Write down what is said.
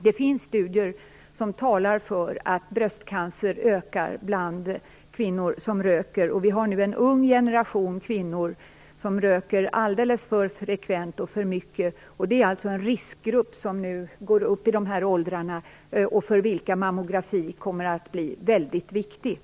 Det finns studier som talar för att bröstcancer ökar bland kvinnor som röker. Vi har nu en ung generation kvinnor som röker alldeles för frekvent och för mycket. Det är en riskgrupp som nu går upp i de här aktuella åldrarna och för vilka mammografi kommer att bli väldigt viktigt.